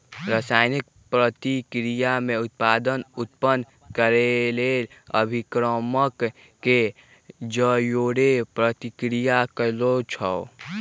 रसायनिक प्रतिक्रिया में उत्पाद उत्पन्न केलेल अभिक्रमक के जओरे प्रतिक्रिया करै छै